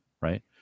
Right